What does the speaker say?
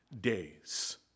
days